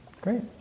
Great